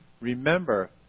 remember